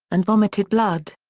and vomited blood.